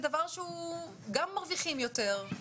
גם מרוויחים יותר,